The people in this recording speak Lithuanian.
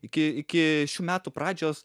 iki iki šių metų pradžios